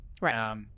Right